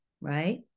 right